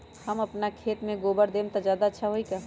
हम अपना खेत में गोबर देब त ज्यादा अच्छा होई का?